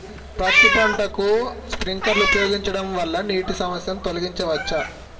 పత్తి పంటకు స్ప్రింక్లర్లు ఉపయోగించడం వల్ల నీటి సమస్యను తొలగించవచ్చా?